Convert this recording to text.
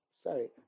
Sorry